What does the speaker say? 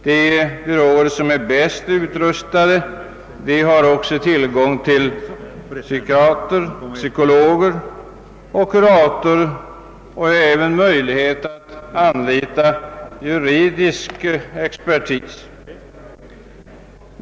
De byråer som är bäst utrustade har tillgång till psykiater, psykolog och kurator samt möjlighet att anlita juridisk expertis.